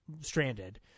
Stranded